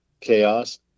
chaos